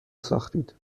ساختید